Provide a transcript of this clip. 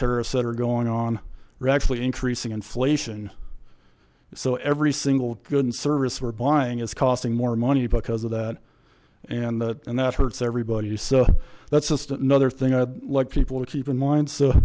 tariffs that are going on we're actually increasing inflation so every single good and service we're buying is costing more money because of that and that and that hurts everybody so that's just another thing i people keep in mind so